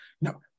No